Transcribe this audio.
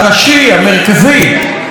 של סרטי קולנוע בישראל,